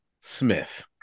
Smith